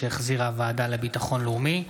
שהחזירה הוועדה לביטחון הלאומי,